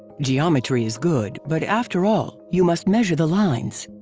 geometry is good, but after all, you must measure the lines.